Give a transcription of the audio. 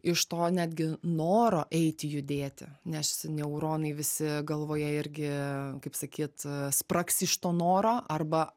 iš to netgi noro eiti judėti nes neuronai visi galvoje irgi kaip sakyt spragsi iš to noro arba